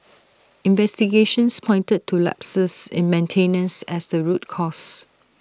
investigations pointed to lapses in maintenance as the root cause